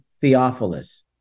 Theophilus